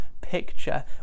picture